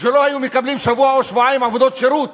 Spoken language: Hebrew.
מקבלים בגללן שבוע או שבועיים עבודות שירות,